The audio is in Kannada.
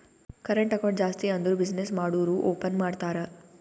ಕರೆಂಟ್ ಅಕೌಂಟ್ ಜಾಸ್ತಿ ಅಂದುರ್ ಬಿಸಿನ್ನೆಸ್ ಮಾಡೂರು ಓಪನ್ ಮಾಡ್ತಾರ